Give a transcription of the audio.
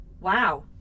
Wow